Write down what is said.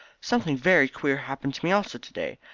something very queer happened to me also to-day.